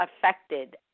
affected